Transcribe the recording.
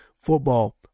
football